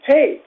Hey